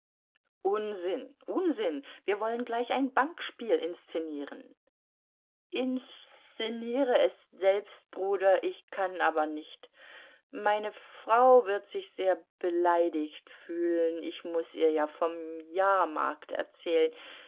unsinn unsinn wir wollen gleich ein bankspiel inszenieren inszeniere es selbst bruder ich kann aber nicht meine frau wird sich sehr beleidigt fühlen ich muß ihr ja vom jahrmarkt erzählen